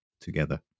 together